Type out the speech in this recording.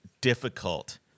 difficult